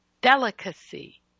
delicacy